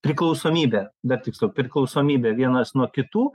priklausomybė dar tiksliau priklausomybė vienas nuo kitų